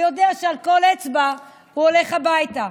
הוא יודע שעל כל אצבע הוא הולך הביתה.